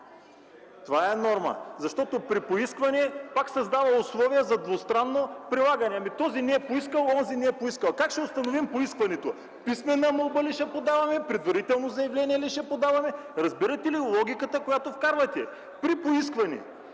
Това е норма. Защото „при поискване” пак създава условия за двустранно прилагане – този не е поискал, онзи не е поискал. Как ще установим поискването – писмена молба ли ще подаваме, предварително заявление ли ще подаваме? Разбирате ли логиката, която вкарвате – „при поискване”?